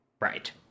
Right